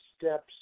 steps